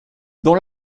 dans